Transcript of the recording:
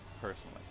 personally